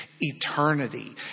eternity